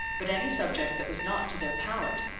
but any subject that was not to their palate,